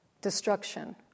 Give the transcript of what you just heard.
destruction